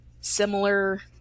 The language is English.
similar